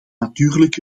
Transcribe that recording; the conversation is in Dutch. natuurlijk